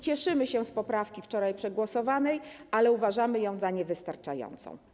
Cieszymy się z poprawki wczoraj przegłosowanej, ale uważamy ją za niewystarczającą.